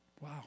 Wow